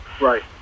right